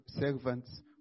servants